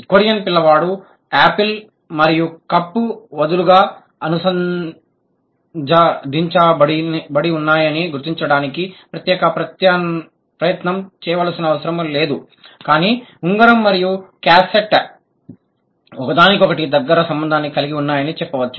Korean పిల్లవాడు apple మరియు కప్పు వదులుగా అనుసంధానించబడి ఉన్నాయని గుర్తించడానికి ప్రత్యేక ప్రయత్నం చేయవలసిన అవసరం లేదు కానీ ఉంగరం మరియు క్యాసెట్ ఒకదానికొకటి దగ్గర సంబంధాన్ని కలిగి ఉన్నాయని చెప్పవచ్చు